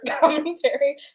commentary